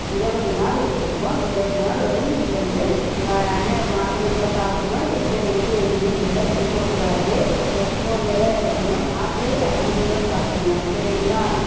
இருவது நாள் எடுத்துக்கும் இருவது நாள் வரையும் நீங்கள் வந்து என்ன மாத்திர நல்லா சாப்பிட்ணும் எந்த வெயிட்டு எதுவுமே இதெலாம் தூக்கக்கூடாது ரெஸ்ட் மோட்டில் தான் இருக்கணும் மாத்திரைய கன்டினியூவாக சாப்பிடுங்க சரிங்களா